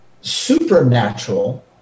supernatural